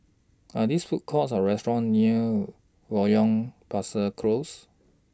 Are theirs Food Courts Or restaurants near Loyang Besar Close